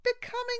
Becoming